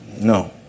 no